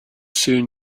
soon